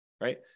right